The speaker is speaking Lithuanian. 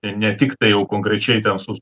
ten ne tiktai jau konkrečiai ten sus